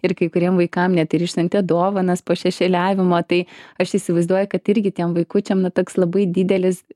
ir kai kuriem vaikam net ir išsiuntė dovanas po šešėliavimo tai aš įsivaizduoju kad irgi tiem vaikučiam na toks labai didelis